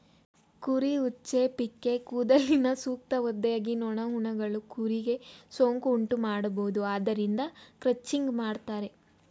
ಕುರಿ ಉಚ್ಚೆ, ಪಿಕ್ಕೇ ಕೂದಲಿನ ಸೂಕ್ತ ಒದ್ದೆಯಾಗಿ ನೊಣ, ಹುಳಗಳು ಕುರಿಗೆ ಸೋಂಕು ಉಂಟುಮಾಡಬೋದು ಆದ್ದರಿಂದ ಕ್ರಚಿಂಗ್ ಮಾಡ್ತರೆ